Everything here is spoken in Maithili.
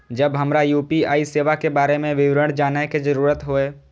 जब हमरा यू.पी.आई सेवा के बारे में विवरण जानय के जरुरत होय?